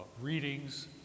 readings